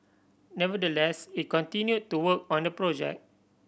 nevertheless it continue to work on the project